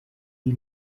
qui